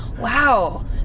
wow